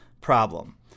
problem